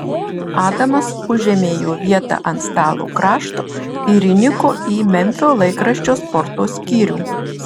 adamas užėmė jo vietą ant stalo krašto ir įniko į memfio laikraščio sporto skyrių